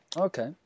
Okay